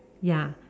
ya